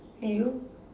you